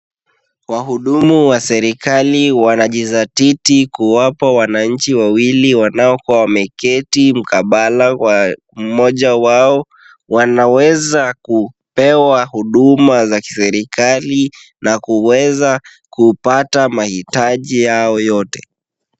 Wahudumu wa serikali wanajizatiti kuwapa wananchi wawili wanaokuwa wameketi mkabala wa mmoja wao. Wanaweza kupewa huduma za kiserikali na kuweza kupata mahitaji yao yote.